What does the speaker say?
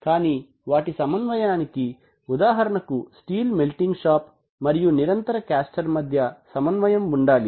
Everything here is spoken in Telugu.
కానీ వాటి సమన్వయానికి ఉదాహరణకు స్టీల్ మెల్టింగ్ షాప్ మరియు కంటిన్యూయస్ కాస్టర్ మధ్య సమన్వయం ఉండాలి